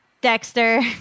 Dexter